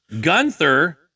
Gunther